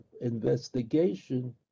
investigation